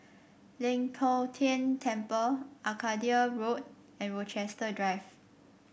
Leng Poh Tian Temple Arcadia Road and Rochester Drive